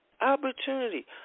opportunity